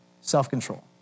self-control